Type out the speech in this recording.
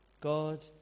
God